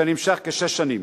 שנמשך כשש שנים.